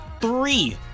three